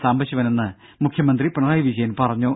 സാംബശിവനെന്ന് മുഖ്യമന്ത്രി പിണറായി വിജയൻ പറഞ്ഞു